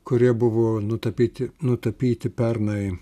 kurie buvo nutapyti nutapyti pernai